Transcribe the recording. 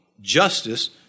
justice